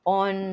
on